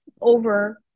over